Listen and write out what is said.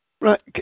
Right